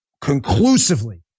conclusively